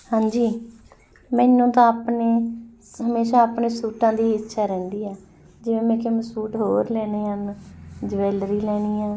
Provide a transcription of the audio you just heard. ਹਾਂਜੀ ਮੈਨੂੰ ਤਾਂ ਆਪਣੇ ਹਮੇਸ਼ਾ ਆਪਣੇ ਸੂਟਾਂ ਦੀ ਇੱਛਾ ਰਹਿੰਦੀ ਹੈ ਜਿਵੇਂ ਮੈਂ ਕਿਵੇਂ ਸੂਟ ਹੋਰ ਲੈਣੇ ਹਨ ਜਵੈਲਰੀ ਲੈਣੀ ਆ